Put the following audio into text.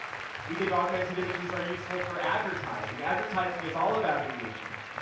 we think augmented images are useful for advertising. advertising is all about engagement.